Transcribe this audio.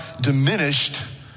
diminished